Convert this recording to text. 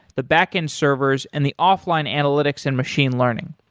the backend servers and the offline analytics and machine learning.